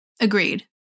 Agreed